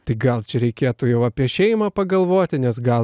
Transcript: tai gal čia reikėtų jau apie šeimą pagalvoti nes gal